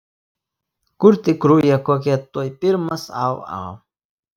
kur tik ruja kokia tuoj pirmas au au